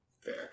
Fair